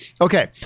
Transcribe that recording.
okay